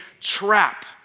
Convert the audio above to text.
trap